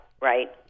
right